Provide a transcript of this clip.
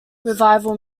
revival